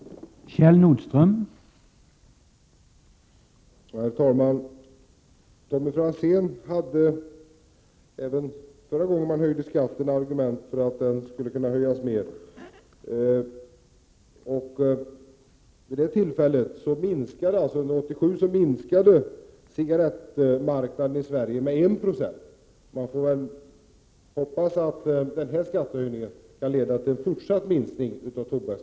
d vissa värdepapper